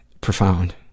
profound